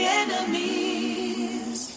enemies